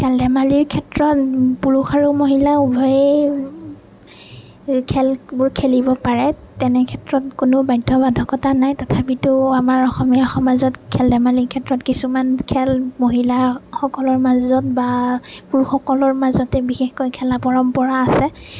খেল ধেমালীৰ ক্ষেত্ৰত পুৰুষ আৰু মহিলা উভয়ে খেলবোৰ খেলিব পাৰে তেনে ক্ষেত্ৰত কোনো বাধ্যবাধকতা নাই তথাপিতো আমাৰ অসমীয়া সমাজত খেল ধেমালীৰ ক্ষেত্ৰত কিছুমান খেল মহিলাসকলৰ মাজত বা পুৰুষসকলৰ মাজতে বিশেষকৈ খেলাৰ পৰম্পৰা আছে